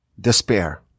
despair